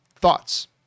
thoughts